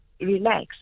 relax